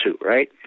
right